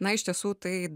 na iš tiesų tai